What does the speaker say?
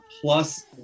plus